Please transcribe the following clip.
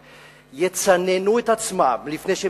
יצננו את עצמם לפני שהם נכנסים לפה.